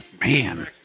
man